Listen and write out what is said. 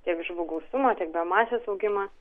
tiek žuvų gausumo tiek biomasės augimas